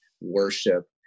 worship